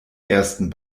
ersten